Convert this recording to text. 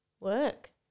work